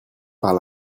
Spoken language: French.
par